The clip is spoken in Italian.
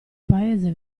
paese